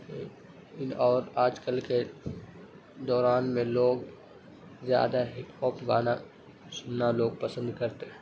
ان اور آج کل کے دوران میں لوگ زیادہ ہی پوپ گانا سننا لوگ پسند کرتے ہیں